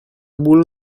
bull